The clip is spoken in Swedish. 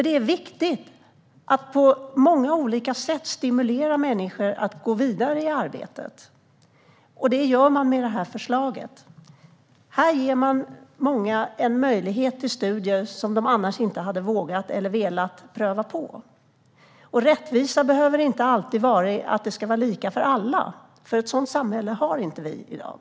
Det är viktigt att på många olika sätt stimulera människor att gå vidare i arbetet, och det gör man med detta förslag. Här ger man många en möjlighet till studier som de annars inte hade vågat eller velat pröva på. Rättvisa behöver inte alltid vara att det ska vara lika för alla, för ett sådant samhälle har vi inte i dag.